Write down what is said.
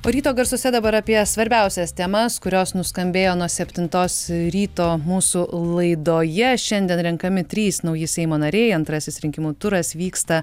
o ryto garsuose dabar apie svarbiausias temas kurios nuskambėjo nuo septintos ryto mūsų laidoje šiandien renkami trys nauji seimo nariai antrasis rinkimų turas vyksta